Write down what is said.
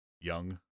Young